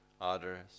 others